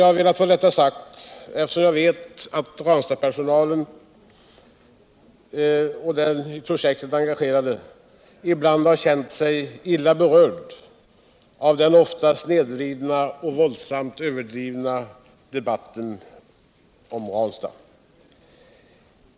Jag har velat få detta sagt, eftersom jag vet att den i Ranstadprojektet engagerade personalen ibland har känt sig illa berörd av den ofta snedvridna och våldsamt överdrivna debatten om Ranstad.